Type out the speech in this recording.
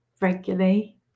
regularly